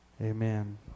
Amen